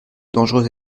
dangereuse